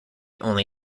only